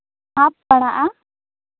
ᱪᱟᱯ ᱯᱟᱲᱟᱜᱼᱟ